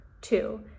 Two